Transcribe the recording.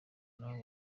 nabo